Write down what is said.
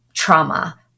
Trauma